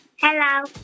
Hello